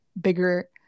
bigger